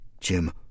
Jim